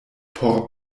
por